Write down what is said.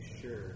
sure